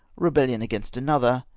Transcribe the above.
rebelhon against another,